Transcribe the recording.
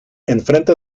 enfrente